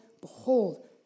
behold